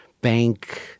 bank